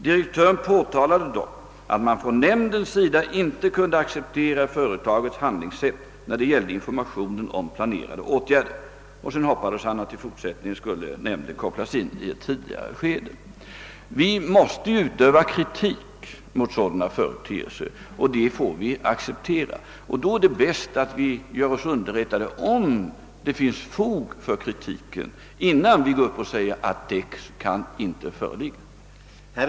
Direktören påtalade dock att man från nämndens sida inte kunde acceptera företagets handlingssätt när det gällde informationen om planerade åtgärder. Han hoppades att nämnden i fortsättningen skulle kopplas in i ett tidigare skede. Vi måste utöva kritik mot sådana företeelser, det får man acceptera, och då är det bäst att vi gör oss underrättade om det finns fog för kritiken, innan vi går upp och säger att det inte föreligger.